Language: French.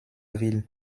ville